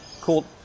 cool